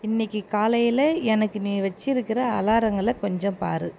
இன்னைக்கு காலையில் எனக்கு நீ வைச்சிருக்கிற அலாரங்களை கொஞ்சம் பார்